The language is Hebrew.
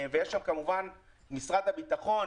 ויש שם כמובן את משרד הבטחון,